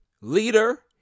leader